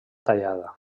tallada